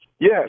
Yes